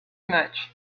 much